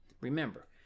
Remember